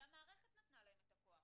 זה המערכת נתנה להם את הכוח.